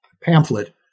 pamphlet